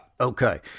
Okay